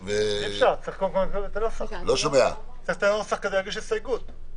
אי-אפשר, צריך את הנוסח כדי להגיש הסתייגות.